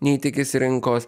nei tikisi rinkos